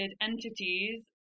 entities